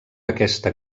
aquesta